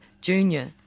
Junior